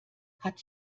hat